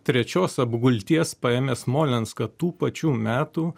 trečios apgulties paėmė smolenską tų pačių metų